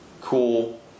cool